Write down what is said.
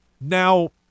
Now